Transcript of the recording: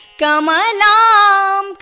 kamalam